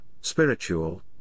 spiritual